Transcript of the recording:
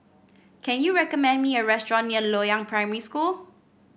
can you recommend me a restaurant near Loyang Primary School